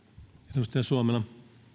arvoisa